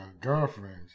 girlfriends